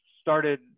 started